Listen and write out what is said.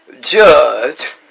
judge